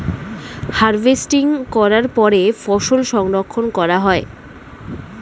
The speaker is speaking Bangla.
হার্ভেস্টিং করার পরে ফসল সংরক্ষণ করা হয়